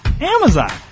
Amazon